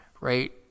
right